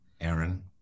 Aaron